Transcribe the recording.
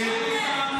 אנין טעם?